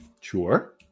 Sure